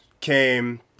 came